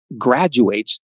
graduates